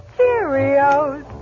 Cheerios